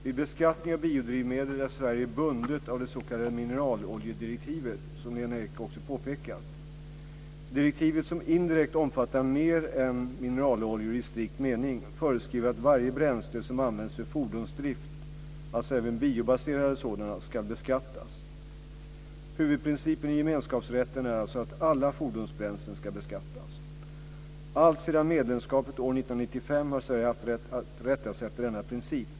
Vid beskattning av biodrivmedel är Sverige bundet av det s.k. mineraloljedirektivet, som Lena Ek också påpekat. Direktivet, som indirekt omfattar mer än mineraloljor i strikt mening, föreskriver att varje bränsle som används för fordonsdrift - alltså även biobaserade sådana - ska beskattas. Huvudprincipen i gemenskapsrätten är alltså att alla fordonsbränslen ska beskattas. Alltsedan medlemskapet år 1995 har Sverige haft att rätta sig efter denna princip.